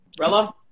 Rella